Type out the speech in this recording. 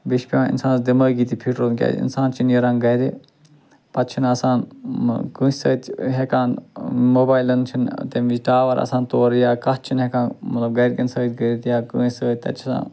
بیٚیہِ چھِ پٮ۪وان اِنسانَس دٮ۪مٲغی تہِ فِٹ روزُن کیٛاز اِنسان چھِ نیران گَرِ پَتہٕ چھُنہٕ آسان کٲنٛسہِ سۭتۍ ہٮ۪کان موبایلَن چھِنہٕ تَمہِ وِز ٹاوَر آسان تورٕ یا کتھ چھِنہٕ ہٮ۪کان مَطلَب گَرِکٮ۪ن سۭتۍ کٔرِتھ یا کٲنٛسہِ سۭتۍ تَتہِ چھِ آسان